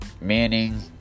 Manning